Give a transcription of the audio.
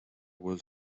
was